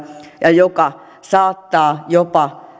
ja joka saattaa jopa